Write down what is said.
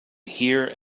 hear